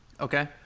okay